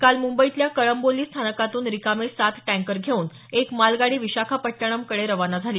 काल मुंबईतल्या कळंबोली स्थानकातून रिकामे सात टँकर घेऊन एक मालगाडी विशाखापट्टणम कडे रवाना झाली